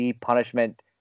punishment